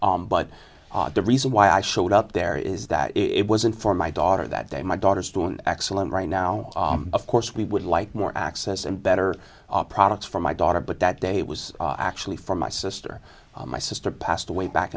deal but the reason why i showed up there is that it wasn't for my daughter that day my daughters do an excellent right now of course we would like more access and better products for my daughter but that day was actually for my sister my sister passed away back